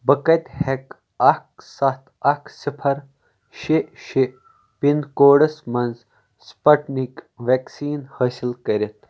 بہٕ کَتہِ ہٮ۪کہٕ اکھ ستھ اکھ صِفر شےٚ شےٚ پِن کوڈَس مَنٛز سپٹنِک ویکسیٖن حٲصِل کٔرِتھ